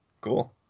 Cool